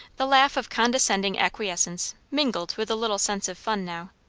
the laugh of condescending acquiescence mingled with a little sense of fun now.